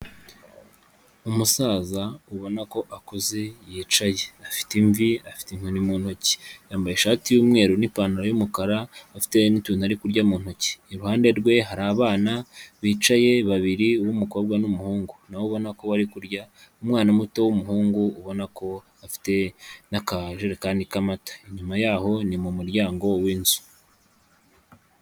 Umusaza ubona ko akuze yicaye, afite imvi, afite inkoni mu ntoki, yambaye ishati y'umweru n'ipantaro y'umukara afite n'utuntu ari kurya mu ntoki, iruhande rwe hari abana bicaye babiri uw'umukobwa n'umuhungu, nano ubona ko bari kurya, umwana muto w'umuhungu ubona ko afite n'akajerekani k'amata, inyuma yaho ni mu muryango w'inzu.